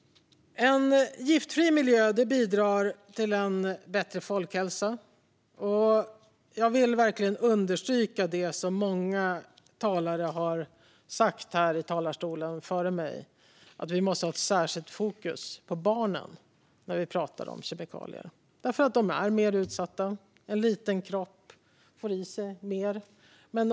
En giftfri miljö bidrar till en bättre folkhälsa. Jag vill verkligen understryka det som många talare har sagt här före mig, nämligen att vi måste ha ett särskilt fokus på barnen när vi talar om kemikalier. De är mer utsatta. En liten kropp får i sig mer.